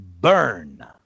Burn